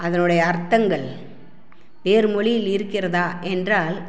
அதனுடைய அர்த்தங்கள் வேறு மொழியில் இருக்கிறதா என்றால்